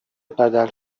بدل